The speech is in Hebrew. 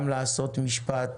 גם לעשות משפט,